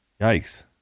yikes